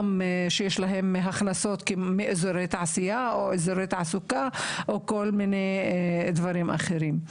שיש להן הכנסות מאזורי תעשייה או אזורי תעסוקה או כל מיני דברים אחרים.